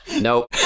nope